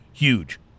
Huge